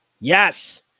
Yes